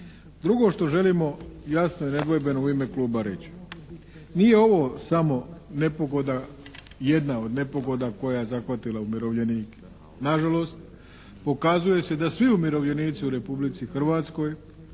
Drugo što želimo jasno i nedvojbeno u ime Kluba reći. Nije ovo samo nepogoda, jedna od nepogoda koja je zahvatila umirovljenike. Nažalost pokazuje se da svi umirovljenici u Republici Hrvatskoj